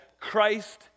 Christ